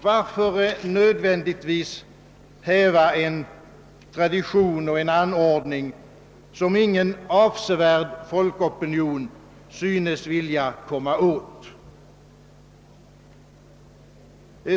Varför nödvändigtvis häva en tradition och en ordning som ingen avsevärd folkopinion synes vilja komma åt?